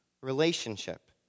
relationship